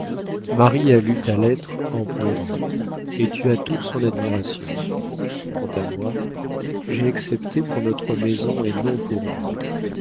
marie a lu ta lettre en pleurant et tu as toute son admiration quant à moi j'ai accepté pour notre maison et non pour moi